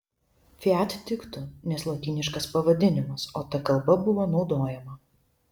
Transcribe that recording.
fiat tiktų nes lotyniškas pavadinimas o ta kalba buvo naudojama